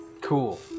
Cool